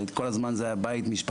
כל הזמן זה היה בית-משפחה-עבודה.